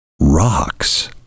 rocks